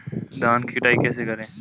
धान की कटाई कैसे करें?